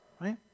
right